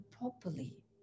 properly